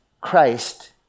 Christ